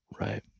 Right